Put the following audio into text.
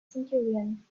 centurion